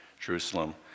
Jerusalem